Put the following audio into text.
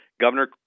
Governor